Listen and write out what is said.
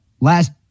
last